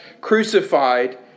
crucified